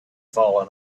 fallen